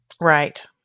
right